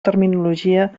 terminologia